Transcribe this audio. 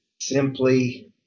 simply